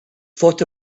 thought